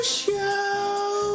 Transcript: show